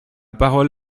parole